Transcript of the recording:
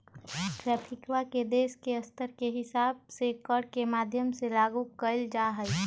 ट्रैफिकवा के देश के स्तर के हिसाब से कर के माध्यम से लागू कइल जाहई